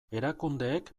erakundeek